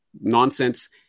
nonsense